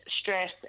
stress